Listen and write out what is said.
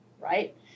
right